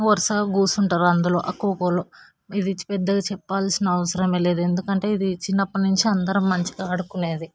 వరసగా కూర్చుంటారు అందులో ఆ ఖోఖోలో ఇది పెద్దగా చెప్పాల్సిన అవసరం లేదు ఎందుకంటే ఇది చిన్నప్పటి నుంచి అందరం మంచిగా ఆడుకునేది